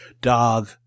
dog